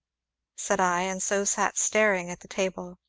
said i, and so sat staring at the table,